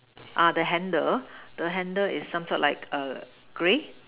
ah the handle the handle is some sort like a grey